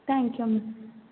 thank you ma'am